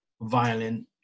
violent